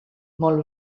molt